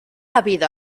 habido